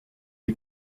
est